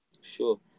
Sure